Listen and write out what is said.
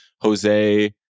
Jose